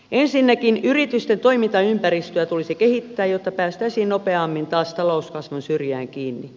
ensinnäkin yritysten toimintaympäristöä tulisi kehittää jotta päästäisiin nopeammin taas talouskasvun syrjään kiinni